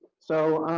so,